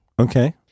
Okay